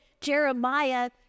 Jeremiah